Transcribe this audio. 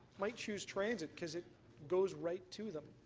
might choose transit because it goes right to them.